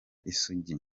isugi